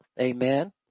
Amen